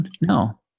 No